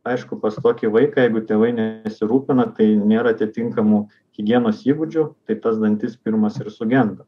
aišku pas tokį vaiką jeigu tėvai nesirūpina tai nėra atitinkamų higienos įgūdžių tai tas dantis pirmas ir sugenda